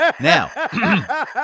Now